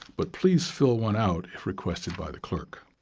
but please fill one out if requested by the clerk.